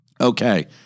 Okay